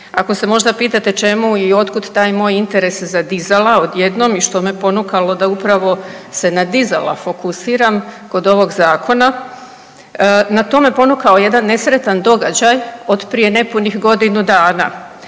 ako se možda pitate čemu i otkud taj moj interes za dizala odjednom i što me ponukalo da upravo se na dizala se fokusiram kod ovog zakona, na to me ponukao jedan nesretan događaj od nepunih godinu dana.